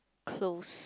close